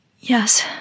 Yes